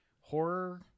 horror